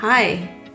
Hi